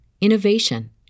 innovation